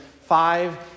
five